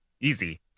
easy